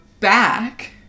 Back